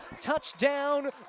Touchdown